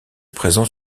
présent